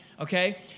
okay